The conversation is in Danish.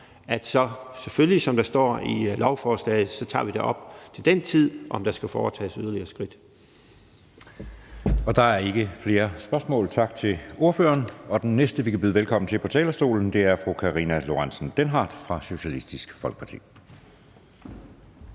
tid selvfølgelig op, som der står i lovforslaget, om der skal tages yderligere skridt. Kl. 19:12 Anden næstformand (Jeppe Søe): Der er ikke flere spørgsmål. Tak til ordføreren. Den næste, vi kan byde velkommen til på talerstolen, er fru Karina Lorentzen Dehnhardt fra Socialistisk Folkeparti.